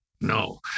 no